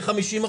ב-50%.